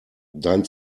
dein